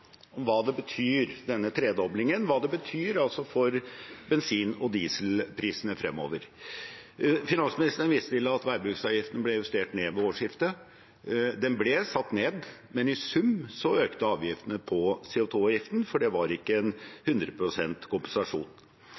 om hva denne tredoblingen betyr, hva den betyr for bensin- og dieselprisene fremover. Finansministeren viste til at veibruksavgiften ble justert ned ved årsskiftet. Den ble satt ned, men i sum økte avgiftene på CO 2 -avgiften, for det var ikke en 100 pst. kompensasjon.